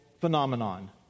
phenomenon